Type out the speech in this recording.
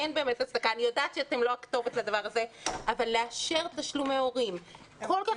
אני יודעת שאתם לא הכתובת לדבר הזה אבל לאשר תשלומי הורים כל כך